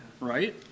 Right